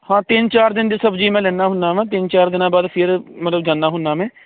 ਹਾਂ ਤਿੰਨ ਚਾਰ ਦਿਨ ਦੀ ਸਬਜੀ ਮੈਂ ਲੈਦਾ ਹੁੰਦਾ ਵਾ ਤਿੰਨ ਚਾਰ ਦਿਨਾਂ ਬਾਅਦ ਫਿਰ ਮਤਲਬ ਜਾਨਾ ਹੁੰਨਾ ਮੈਂ